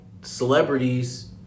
celebrities